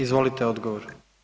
Izvolite, odgovor.